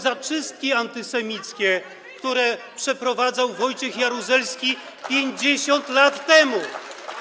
za czystki antysemickie, które przeprowadzał Wojciech Jaruzelski 50 lat temu?